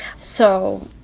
so